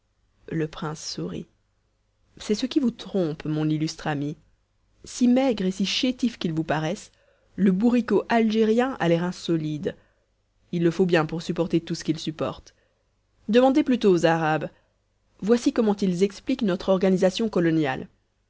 le prince sourit c'est ce qui vous trompe mon illustre ami si maigre et si chétif qu'il vous paraisse le bourriquot algérien a les reins solides il le faut bien pour supporter tout ce qu'il supporte demandez plutôt aux arabes voici comment ils expliquent notre organisation coloniale